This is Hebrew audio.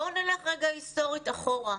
בואו נלך רגע היסטורית אחורה,